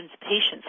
patients